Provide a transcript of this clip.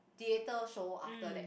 theatre show after that